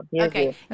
Okay